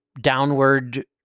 downward